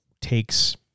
takes